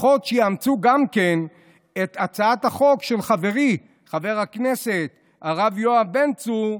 לפחות שיאמצו גם כן את הצעת החוק של חברי חבר הכנסת הרב יואב בן צור,